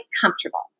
comfortable